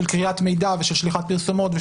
של כריית מידע ושל שליחת פרסומות?